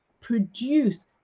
produce